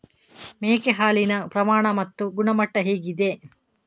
ಮೇಕೆ ಹಾಲಿನ ಪ್ರಮಾಣ ಮತ್ತು ಗುಣಮಟ್ಟ ಹೇಗಿದೆ?